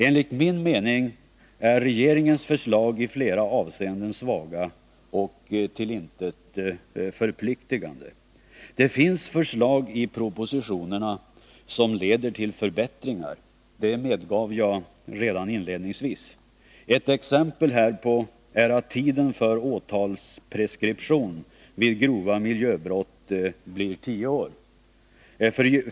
Enligt min mening är regeringens förslag i flera avseenden svaga och till intet förpliktigande. Det finns förslag i propositionerna som leder till förbättringar, det medgav jag redan inledningsvis. Ett exempel härpå är att tiden för åtalspreskription vid grova miljöbrott blir tio år.